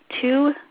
two